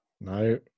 No